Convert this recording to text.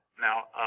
now